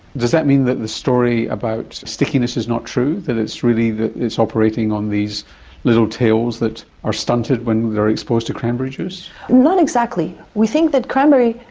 does that mean that the story about stickiness is not true, that it's really that it's operating on these little tails that are stunted when they exposed to cranberry juice? not exactly. we think that cranberry,